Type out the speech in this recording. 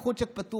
תיקחו צ'ק פתוח.